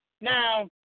Now